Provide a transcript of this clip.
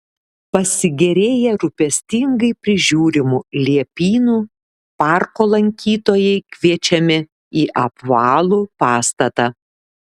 pasigėrėję rūpestingai prižiūrimu liepynu parko lankytojai kviečiami į apvalų pastatą